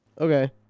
Okay